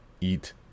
eat